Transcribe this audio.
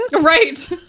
right